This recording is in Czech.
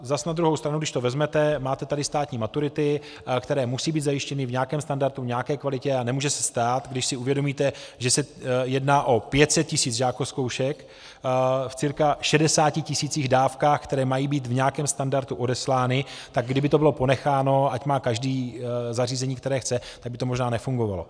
Zas na druhou stranu když to vezmete, máte tady státní maturity, které musí být zajištěny v nějakém standardu, v nějaké kvalitě, a nemůže se stát, když si uvědomíte, že se jedná o 500 tisíc žákozkoušek v cca 60 tisících dávkách, které mají být v nějakém standardu odeslány, tak kdyby to bylo ponecháno, ať má každý zařízení, které chce, tak by to možná nefungovalo.